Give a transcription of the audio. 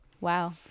wow